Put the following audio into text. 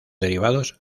derivados